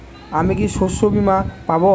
আমি কি শষ্যবীমা পাব?